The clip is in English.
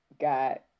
got